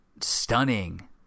Stunning